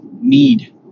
need